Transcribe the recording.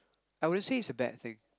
I wouldn't say it's a bad thing